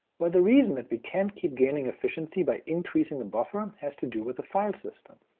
well, the reason that we can't keep gaining efficiency by increasing the buffer um has to do with the file system.